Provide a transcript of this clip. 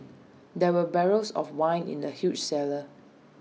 there were barrels of wine in the huge cellar